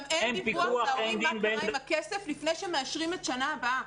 גם אין דיווח להורים מה קרה עם הכסף לפני שמאשרים את שנה הבאה.